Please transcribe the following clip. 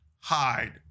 hide